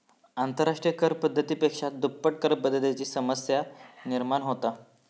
आंतरराष्ट्रिय कर पद्धती पेक्षा दुप्पट करपद्धतीची समस्या निर्माण होता